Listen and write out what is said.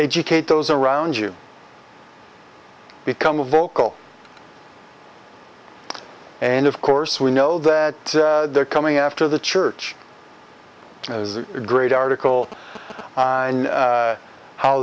educate those around you become a vocal and of course we know that they're coming after the church as a great article on